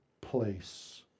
place